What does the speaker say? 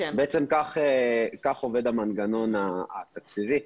בעצם כך עובד המנגנון התקציבי.